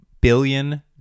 billion